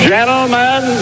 Gentlemen